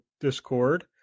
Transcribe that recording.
Discord